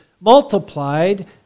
multiplied